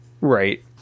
Right